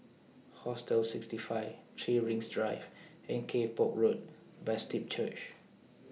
Hostel sixty five three Rings Drive and Kay Poh Road Baptist Church